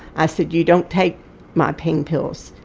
i said, you don't take my pain pills.